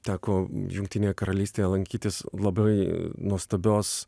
teko jungtinėje karalystėje lankytis labai nuostabios